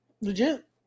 Legit